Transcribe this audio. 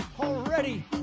already